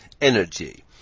energy